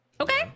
Okay